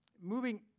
moving